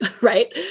right